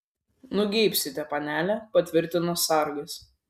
nugeibsite panele patvirtino sargas